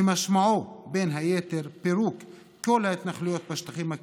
שמשמעו בין היתר פירוק כל ההתנחלויות בשטחים הכבושים,